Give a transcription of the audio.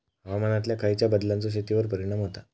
हवामानातल्या खयच्या बदलांचो शेतीवर परिणाम होता?